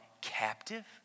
captive